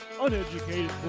uneducated